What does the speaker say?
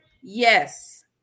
Yes